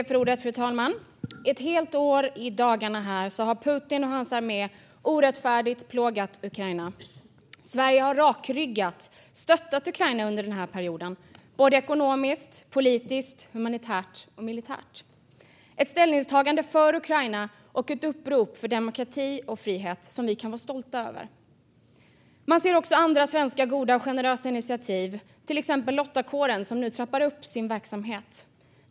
Fru talman! I dagarna har Putin och hans armé i ett helt år orättfärdigt plågat Ukraina. Sverige har under perioden rakryggat stöttat Ukraina såväl ekonomiskt som politiskt, humanitärt och militärt. Det är ett ställningstagande för Ukraina och ett upprop för demokrati och frihet som vi kan vara stolta över. Man ser också andra svenska goda och generösa initiativ. Till exempel trappar Svenska Lottakåren nu upp sin verksamhet.